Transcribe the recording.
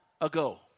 ago